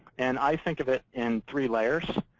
and i think of it in three layers.